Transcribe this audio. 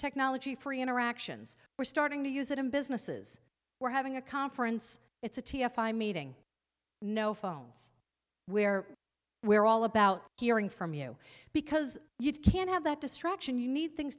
technology free interactions we're starting to use it in businesses we're having a conference it's a t f i'm meeting no phones where we're all about hearing from you because you can't have that distraction you need things